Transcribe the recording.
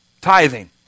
tithing